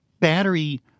battery